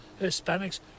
Hispanics